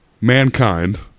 mankind